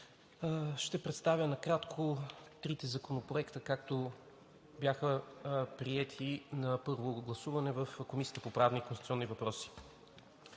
Ще представя накратко трите законопроекта, както бяха приети на първо гласуване в Комисията по конституционни и правни